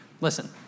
Listen